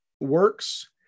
works